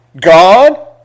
God